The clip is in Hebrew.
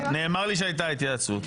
נאמר לי שהייתה התייעצות,